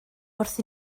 wrth